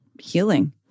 healing